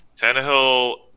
Tannehill